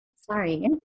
Sorry